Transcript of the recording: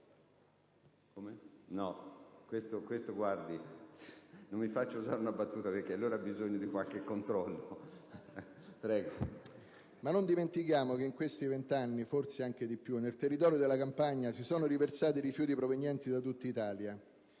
Ma non dimentichiamo che in questi venti anni, forse anche più, nel territorio della Campania si sono riversati rifiuti provenienti da tutta Italia.